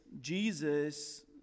Jesus